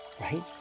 right